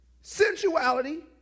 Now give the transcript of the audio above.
sensuality